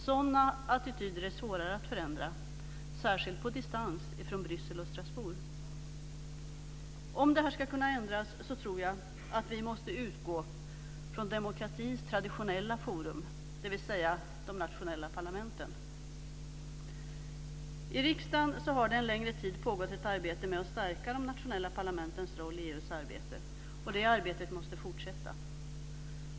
Sådana attityder är svårare att förändra, särskilt på distans från Bryssel och Strasbourg. Om detta ska kunna ändras tror jag att vi måste utgå från demokratins traditionella forum, dvs. de nationella parlamenten. I riksdagen har det en längre tid pågått ett arbete med att stärka de nationella parlamentens roll i EU:s arbete. Det arbetet måste fortsätta.